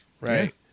right